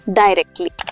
directly